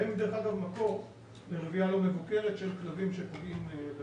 והם דרך אגב מקור לרבייה לא מבוקרת של כלבים בשטח.